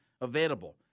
available